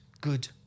good